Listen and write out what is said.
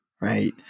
right